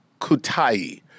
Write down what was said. Kutai